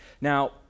Now